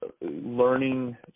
learning